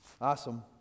Awesome